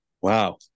Wow